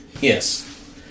Yes